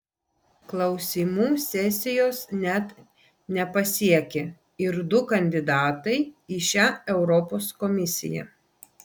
klausymų sesijos net nepasiekė ir du kandidatai į šią europos komisiją